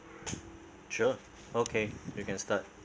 sure okay you can start